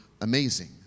amazing